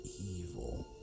evil